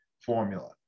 formula